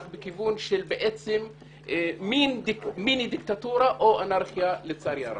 אנחנו בכיוון של מיני-דיקטטורה או אנרכיה לצערי הרב.